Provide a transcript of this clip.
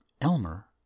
Elmer